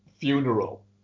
funeral